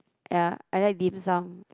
ya I like Dim Sum